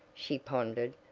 she pondered,